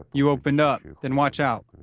you opened up, then watch out,